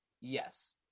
Yes